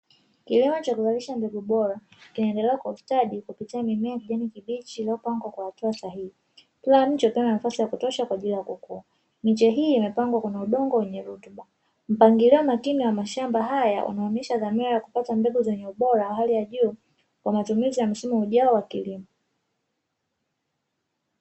Kilimo cha kuzalisha mbegu bora, kinaendelea kwa ustadi kupitia mimea ya kijani kibichi iliyopangwa kwa hatua sahihi. Kila mche ukipata nafasi ya kutosha kwa ajili ya kukua. Miche hii imepangwa kwenye udongo wenye rutuba. Mpangilio makini wa mashamba haya, unaonesha dhamira ya kupata mbegu zenye ubora wa hali ya juu, kwa matumizi ya msimu ujao wa kilimo.